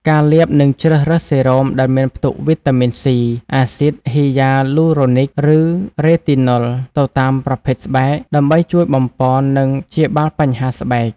ការលាបនិងជ្រើសរើសសេរ៉ូមដែលមានផ្ទុកវីតាមីន សុី អាស៊ីត ហ៊ីយ៉ាលូរ៉ូនិក ឬ រ៉េទីណុល ទៅតាមប្រភេទស្បែក ដើម្បីជួយបំប៉ន និងព្យាបាលបញ្ហាស្បែក ។